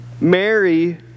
Mary